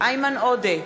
איימן עודה,